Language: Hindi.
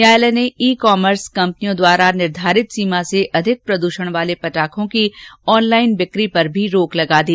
न्यायालय ने ई कॉमर्स कंपनियों द्वारा निर्धारित सीमा से अधिक प्रदृषण वाले पटाखों की ऑनलाइन बिक्री पर भी रोक लगा दी